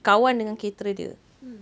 kawan dengan caterer dia